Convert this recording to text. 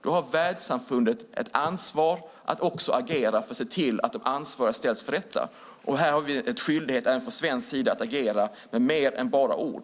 Då har världssamfundet ett ansvar för att agera och se till att de ansvariga ställs inför rätta. Här har vi även från svensk sida skyldighet att agera med mer än bara ord.